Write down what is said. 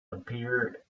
appear